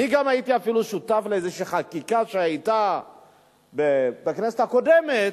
אני גם הייתי אפילו שותף לאיזושהי חקיקה שהיתה בכנסת הקודמת,